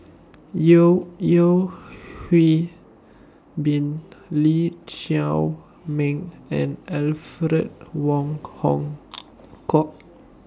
Yeo Yeo Hwee Bin Lee Chiaw Meng and Alfred Wong Hong Kwok